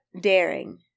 daring